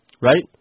right